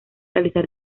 realizar